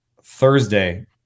Thursday